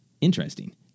Interesting